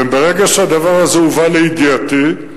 וברגע שהדבר הזה הובא לידיעתי,